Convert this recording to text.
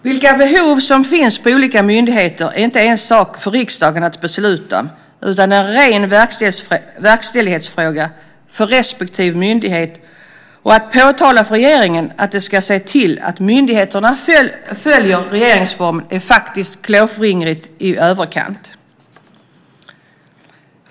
Vilka behov som finns på olika myndigheter är inte en sak för riksdagen att besluta om utan en ren verkställighetsfråga för respektive myndighet, och att påtala för regeringen att den ska se till att myndigheterna följer regeringsformen är faktiskt klåfingrigt i överkant.